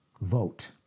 Vote